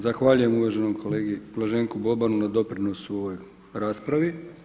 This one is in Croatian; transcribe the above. Zahvaljujem uvaženom kolegi Blaženku Bobanu na doprinosu ovoj raspravi.